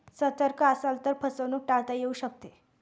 सतर्क असाल तर फसवणूक टाळता येऊ शकते